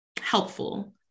helpful